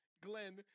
Glenn